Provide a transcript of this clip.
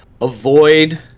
avoid